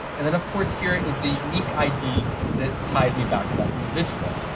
and then, of course, here is the unique id that ties me back to that individual.